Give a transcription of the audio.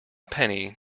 penny